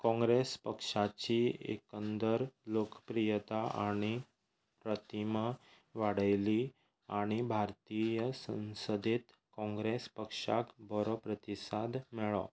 काँग्रेस पक्षाची एकंदर लोकप्रियता आनी प्रतिमा वाडयली आनी भारतीय संसदेत काँग्रेस पक्षाक बरो प्रतिसाद मेळ्ळो